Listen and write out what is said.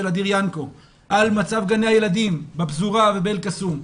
של אדיר ינקו על מצב גני הילדים בפזורה ובאל קסום.